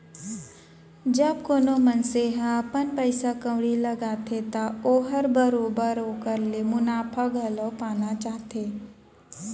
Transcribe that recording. जब कोनो मनसे ह अपन पइसा कउड़ी लगाथे त ओहर बरोबर ओकर ले मुनाफा घलौ पाना चाहथे